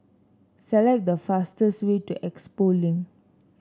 select the fastest way to Expo Link